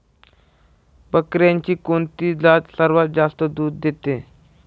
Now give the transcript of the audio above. बकऱ्यांची कोणती जात सर्वात जास्त दूध देते?